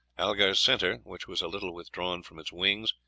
algar's centre, which was a little withdrawn from its wings,